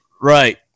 Right